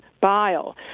bile